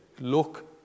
Look